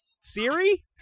Siri